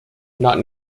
not